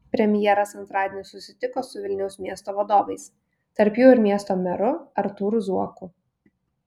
premjeras antradienį susitiko su vilniaus miesto vadovais tarp jų ir miesto meru artūru zuoku